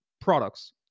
products